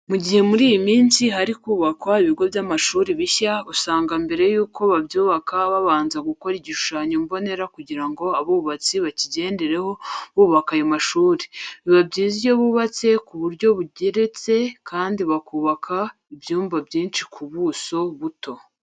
Mu gihe muri iyi minsi hari kubakwa ibigo by'amashuri bishya, usanga mbere yuko babyubaka babanza gukora igishushanyo mbonera kugira ngo abubatsi bakigendereho bubaka ayo mashuri. Biba byiza iyo bubatse ku buryo bugeretse kandi bakubaka ibyumba byinshi ku buso buto.